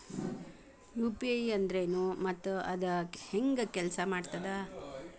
UPI ಅಂದ್ರೆನು ಮತ್ತ ಅದ ಹೆಂಗ ಕೆಲ್ಸ ಮಾಡ್ತದ